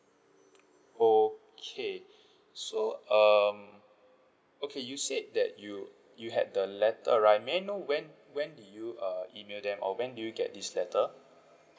okay so um okay you said that you you had the letter right may I know when when did you uh emailed them or when did you get this letter